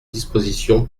disposition